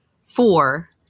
four